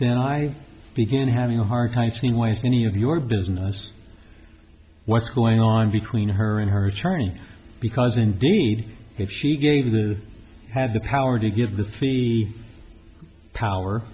then i begin having a hard time seeing waste any of your business what's going on between her and her attorney because indeed if she gave the had the power to give the fee power